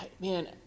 Man